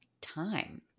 time